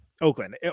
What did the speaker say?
Oakland